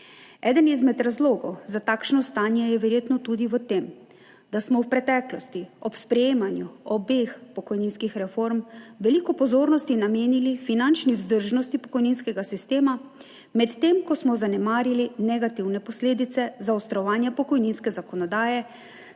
Eden izmed razlogov za takšno stanje je verjetno tudi v tem, da smo v preteklosti ob sprejemanju obeh pokojninskih reform veliko pozornosti namenili finančni vzdržnosti pokojninskega sistema, medtem ko smo zanemarili negativne posledice zaostrovanja pokojninske zakonodaje